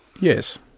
Yes